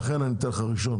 לכן אני אתן לך ראשון.